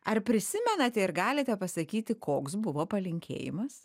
ar prisimenate ir galite pasakyti koks buvo palinkėjimas